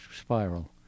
spiral